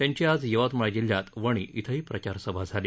त्यांची आज यवतमाळ जिल्ह्यात वणी इथंही प्रचारसभा झाली